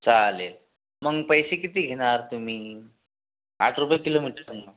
चालेल मग पैसे किती घेणार तुम्ही आठ रुपये किलोमीटर आहे